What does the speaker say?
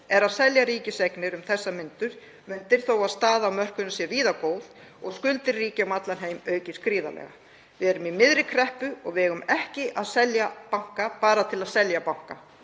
er að selja ríkiseignir um þessar mundir þó að staða á mörkuðum sé víða góð og skuldir ríkja um allan heim hafi aukist gríðarlega. Við erum í miðri kreppu og eigum ekki að selja banka bara til að selja banka.